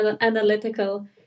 analytical